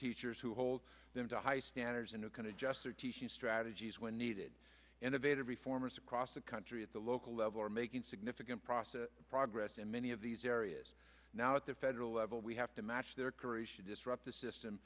teachers who hold them to high standards and who can adjust their teaching strategies when needed innovative reformers across the country at the local level are making significant process progress in many of these areas now at the federal level we have to match their courage to disrupt the system